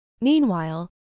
Meanwhile